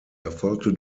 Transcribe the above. erfolgte